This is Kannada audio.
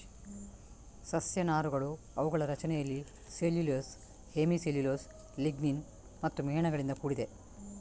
ಸಸ್ಯ ನಾರುಗಳು ಅವುಗಳ ರಚನೆಯಲ್ಲಿ ಸೆಲ್ಯುಲೋಸ್, ಹೆಮಿ ಸೆಲ್ಯುಲೋಸ್, ಲಿಗ್ನಿನ್ ಮತ್ತು ಮೇಣಗಳಿಂದ ಕೂಡಿದೆ